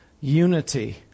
unity